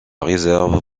réserve